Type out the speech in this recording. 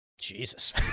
Jesus